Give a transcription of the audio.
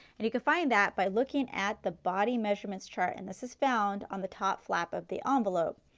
and you can find that by looking at the body measurements chart and this is found on the top flap of the um envelope.